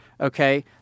okay